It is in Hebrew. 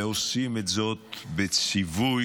ועושים את זאת במצוות,